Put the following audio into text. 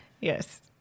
Yes